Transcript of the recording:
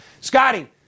Scotty